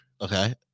Okay